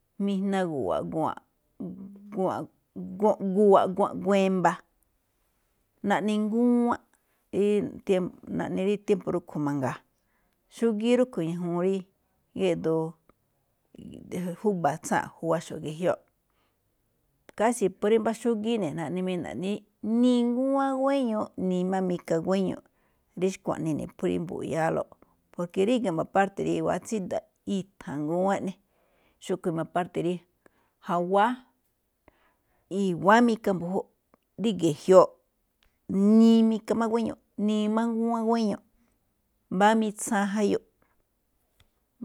Mijna gu̱wa̱ꞌ, gu̱wa̱ꞌ, gu̱wa̱ꞌ gonꞌ gu̱wa̱ꞌ e̱mba̱, naꞌne ngúwán rí naꞌne rí tiémpo̱ rúꞌkhue̱n mangaa, xúgíí rúꞌkhue̱n ñajuun rí géꞌdoo júba̱ tsáa̱nꞌ juwaxo̱ꞌ ge̱jioꞌ, kási̱ rí phú mbá xúgíí naꞌne̱ mina̱ꞌ ne̱, ni ngúwán guéño, ni máꞌ mika guéño, rí xkuaꞌnii ne̱ rí phú mbu̱ꞌyáálóꞌ, porke ríga̱ i̱mba̱ párte̱ rí i̱wa̱á tsída̱ꞌ, i̱tha̱n ngúwán eꞌne. Xúꞌkhue̱n máꞌ párte̱ rí jawáá, i̱wa̱á mika mbu̱júꞌ. Rí ge̱jioꞌ ni mika máꞌ guéño, ni máꞌ ngúwán guéño, mbá mitsaan jayuꞌ.